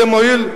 למי זה מועיל,